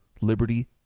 liberty